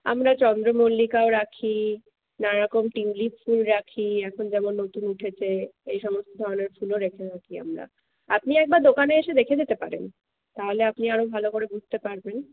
আমরা চন্দ্রমল্লিকাও রাখি নানারকম টিউলিপ ফুল রাখি এখন যেমন নতুন উঠেছে এই সমস্ত অনেক ফুলও রেখে থাকি আমরা আপনি একবার দোকানে এসে দেখে যেতে পারেন তাহলে আপনি আরও ভালো করে বুঝতে পারবেন